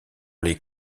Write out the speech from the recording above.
les